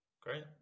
great